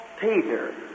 Peter